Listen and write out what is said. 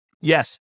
Yes